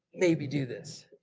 maybe do this.